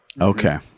Okay